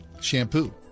shampoo